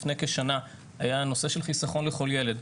לפני כשנה, היה נושא של חיסכון לכל ילד.